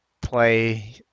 play